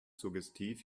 suggestiv